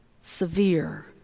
severe